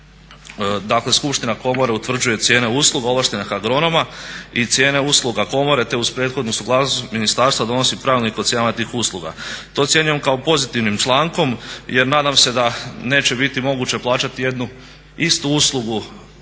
dakle skupština komore utvrđuje cijene usluga ovlaštenih agronoma i cijene usluga komore te uz prethodnu suglasnost ministarstva donosi pravilnik o cijenama tih usluga. To ocjenjujem kao pozitivnim člankom jer nadam se da neće biti moguće plaćati jednu istu uslugu